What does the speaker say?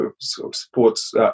sports